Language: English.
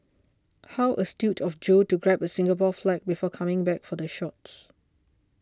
how astute of Joe to grab a Singapore flag before coming back for the shots